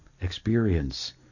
experience